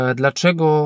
dlaczego